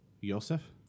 Yosef